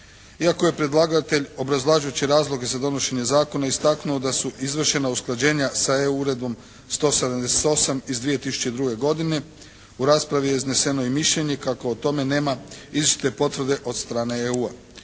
Iako je predlagatelj obrazlažući razloge za donošenje zakona istaknuo da su izvršena usklađena sa e-Uredbom 178. iz 2002. godine u raspravi je izneseno i mišljenje kako o tome nema izričite potvrde od strane EU-a.